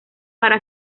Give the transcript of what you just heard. para